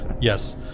Yes